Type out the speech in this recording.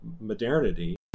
modernity